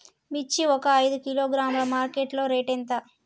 మిర్చి ఒక ఐదు కిలోగ్రాముల మార్కెట్ లో రేటు ఎంత?